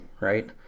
right